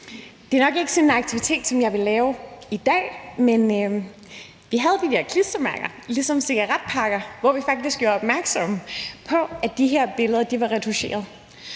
Det er nok ikke sådan en aktivitet, som jeg vil lave i dag, men vi havde nogle klistermærker ligesom dem, der er på cigaretpakker, hvor vi faktisk gjorde opmærksom på, at billeder var retoucheret.